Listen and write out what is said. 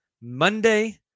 Monday